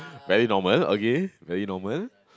very normal okay very normal